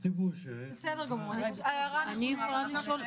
בסדר גמור, ההערה נרשמה.